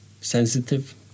sensitive